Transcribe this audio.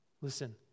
Listen